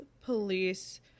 police